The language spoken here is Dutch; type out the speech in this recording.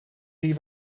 die